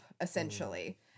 essentially